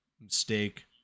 mistake